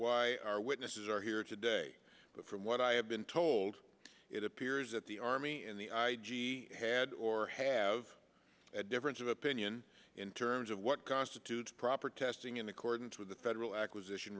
why our witnesses are here today but from what i have been told it appears that the army and the i had or have a difference of opinion in terms of what constitutes proper testing in accordance with the federal acquisition